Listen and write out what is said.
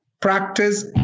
practice